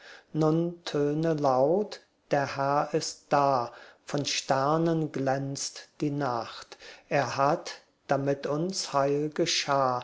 laut der herr ist da von sternen glänzt die nacht er hat damit uns heil geschah